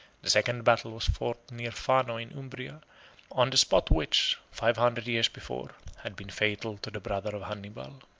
the second battle was fought near fano in umbria on the spot which, five hundred years before, had been fatal to the brother of hannibal.